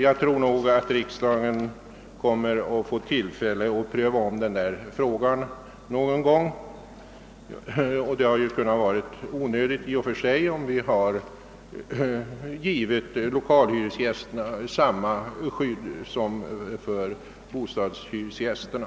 Vi kommer nog att ganska snart få tillfälle att ompröva denna fråga, vilket varit onödigt, om vi givit 1okalhyresgästerna samma skydd som tillkommer bostadshyresgästerna.